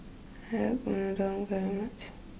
I like Unadon very much